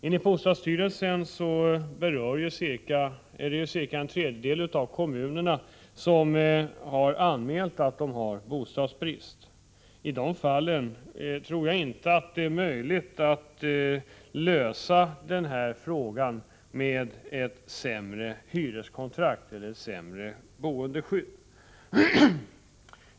Enligt bostadsstyrelsen berör detta cirka en tredjedel av kommunerna som anmält Om ökade möjligatt de har bostadsbrist. I de fallen tror jag inte att det är möjligt att lösa frågan heter för ungdomar med ett sämre hyreskontrakt eller med sämre boendeskydd.